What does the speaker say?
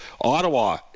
Ottawa